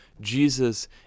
Jesus